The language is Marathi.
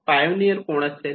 पायोनियर कोण असेल